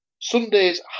Sunday's